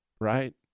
right